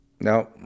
no